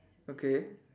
okay